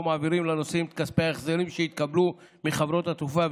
מעבירים לנוסעים את כספי ההחזרים שהתקבלו מחברות התעופה,